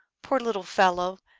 poor little fellow!